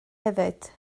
hefyd